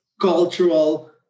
cultural